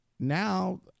Now